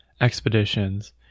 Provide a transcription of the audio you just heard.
expeditions